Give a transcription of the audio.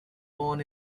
born